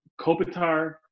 Kopitar